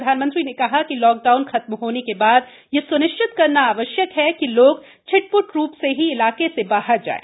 प्रधानमंत्री ने कहा कि लॉकडाउन खत्म होने के बाद यह स्निश्चित करना आवश्यक है कि लोग छिट ट रू से ही इलाके से बाहर जायें